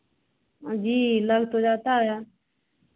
जी लग तो जाता है